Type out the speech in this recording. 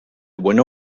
bueno